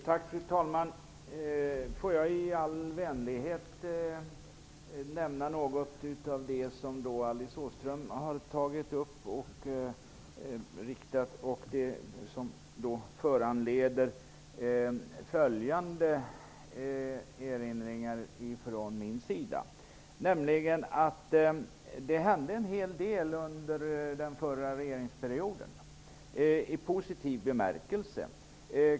Fru talman! Får jag i all vänlighet beröra något av det som Alice Åström tog upp. Vad hon sade föranleder nämligen följande erinringar från min sida. Det hände en hel del under förra regeringsperioden; i positiv bemärkelse.